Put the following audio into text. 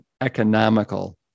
economical